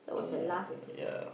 no more ya